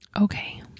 okay